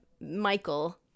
Michael